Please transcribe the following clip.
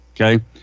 okay